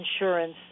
insurance